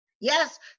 Yes